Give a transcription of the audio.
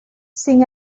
sin